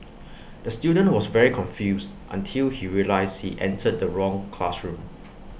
the student was very confused until he realised he entered the wrong classroom